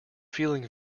feeling